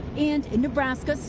and in nebraska,